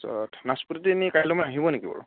তাৰপিছত নাচপতিটো এনেই কাইলৈ মানে আহিব নেকি বাৰু